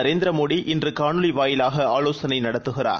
Narendra Modi இன்றுகாணொலிவாயிலாகஆலோசனைநடத்துகிறார்